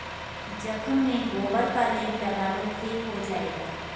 जख्म में गोबर का लेप लगा लो ठीक हो जाएगा